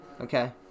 Okay